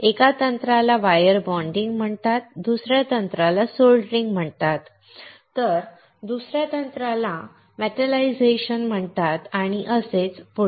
एका तंत्राला wire bonding म्हणतात दुसऱ्या तंत्राला सोल्डरिंग म्हणतात दुसऱ्या तंत्राला मेटालायझेशन म्हणतात आणि असेच पुढे